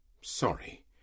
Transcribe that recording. sorry